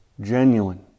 genuine